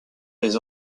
des